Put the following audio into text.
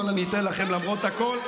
אבל אני אתן לכם למרות הכול.